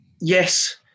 Yes